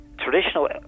Traditional